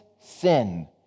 sin